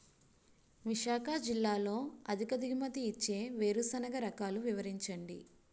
విశాఖ జిల్లాలో అధిక దిగుమతి ఇచ్చే వేరుసెనగ రకాలు వివరించండి?